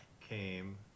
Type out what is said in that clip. came